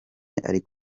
ari